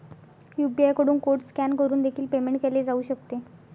UPI कडून code scan करून देखील पेमेंट केले जाऊ शकते